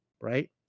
right